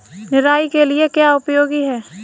निराई के लिए क्या उपयोगी है?